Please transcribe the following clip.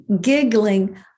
giggling